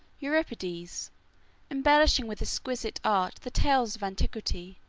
euripides, embellishing with exquisite art the tales of antiquity,